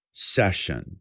session